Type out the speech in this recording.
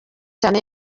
cyane